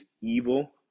evil